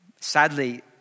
Sadly